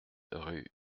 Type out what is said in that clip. rue